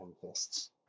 fists